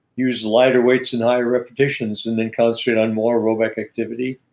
use lighter weights and higher repetitions and then concentration on more row back activity,